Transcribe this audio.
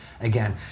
again